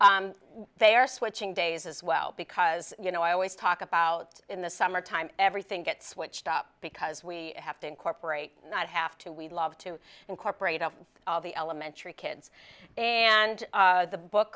clubs they are switching days as well because you know i always talk about in the summertime everything gets switched up because we have to incorporate not have to we love to incorporate all the elementary kids and the book